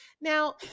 Now